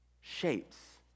shapes